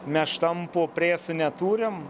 mes štampų presų neturim